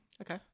Okay